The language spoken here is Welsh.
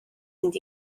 fynd